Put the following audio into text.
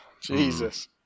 Jesus